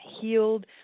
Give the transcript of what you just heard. healed